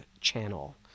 channel